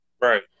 Right